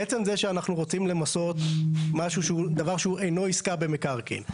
מעצם זה שאנחנו רוצים למסות דבר שהוא אינו עסקה במקרקעין.